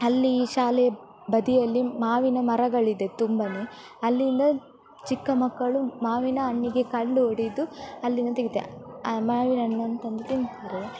ಅಲ್ಲಿ ಶಾಲೆ ಬದಿಯಲ್ಲಿ ಮಾವಿನ ಮರಗಳಿದೆ ತುಂಬನೇ ಅಲ್ಲಿಂದ ಚಿಕ್ಕ ಮಕ್ಕಳು ಮಾವಿನ ಹಣ್ಣಿಗೆ ಕಲ್ಲು ಹೊಡೆದು ಅಲ್ಲಿಂದ ತೆಗಿತಾರೆ ಆ ಮಾವಿನ ಹಣ್ಣನ್ನು ತಂದು ತಿಂತಾರೆ